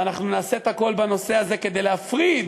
ואנחנו נעשה את הכול בנושא הזה כדי להפריד